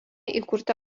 įkurta